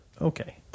okay